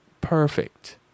perfect